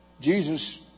Jesus